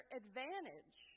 advantage